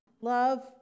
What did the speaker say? love